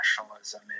nationalism